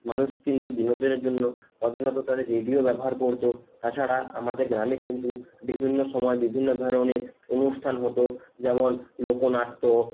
মানুষ কিন্তু বিনোদনের জন্য রেডিও ব্যবহার করত তাছাড়া আমাদের গ্রামে কিন্তু বিভিন্ন সময় বিভিন্ন ধরনের অনুষ্ঠান হতো যেমন লোকনাট্য